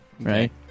right